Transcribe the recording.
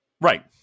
Right